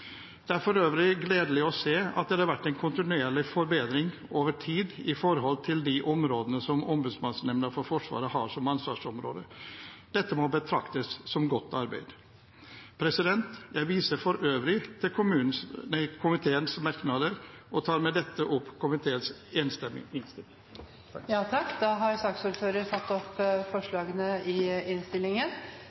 er for øvrig gledelig å se at det har vært en kontinuerlig forbedring over tid med hensyn til de områdene som Ombudsmannsnemnda for Forsvaret har ansvar for. Dette må betraktes som godt arbeid. Jeg viser for øvrig til komiteens merknader og anbefaler med dette komiteens enstemmige innstilling.